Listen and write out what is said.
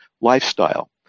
lifestyle